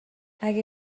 اگه